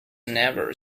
never